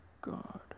God